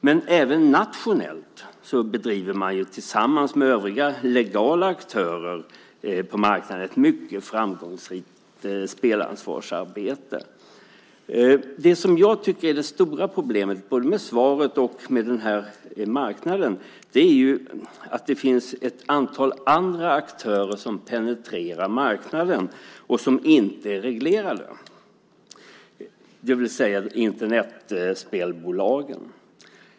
Men även nationellt bedriver man tillsammans med övriga legala aktörer på marknaden ett mycket framgångsrikt spelansvarsarbete. Det som jag tycker är det stora problemet både med svaret och med den här marknaden är att det finns ett antal andra aktörer som penetrerar marknaden och som inte reglerar den, det vill säga Internetspelsbolagen.